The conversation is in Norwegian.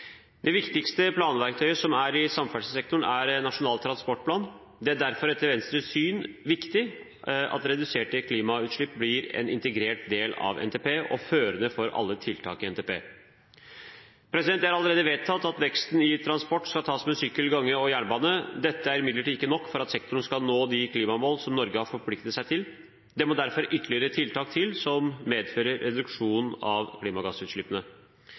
Det viktigste planverktøyet i samferdselssektoren er Nasjonal transportplan. Det er derfor etter Venstres syn viktig at reduserte klimagassutslipp blir en integrert del av NTP og førende for alle tiltak i NTP. Det er allerede vedtatt at veksten i transport skal tas med sykkel, gange og jernbane. Dette er imidlertid ikke nok for at sektoren skal nå de klimamål som Norge har forpliktet seg til. Det må derfor ytterligere tiltak til som medfører reduksjon av klimagassutslippene.